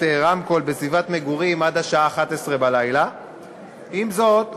רמקול בסביבת מגורים לאחר השעה 23:00. עם זאת,